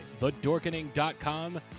thedorkening.com